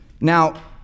Now